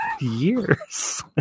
years